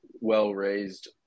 well-raised